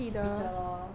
see picture lor